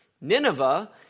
Nineveh